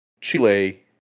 chile